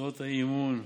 הצעות האי-אמון,